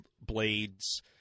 blades